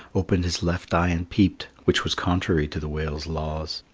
opened his left eye and peeped, which was contrary to the whale's laws.